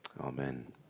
Amen